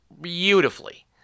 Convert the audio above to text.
beautifully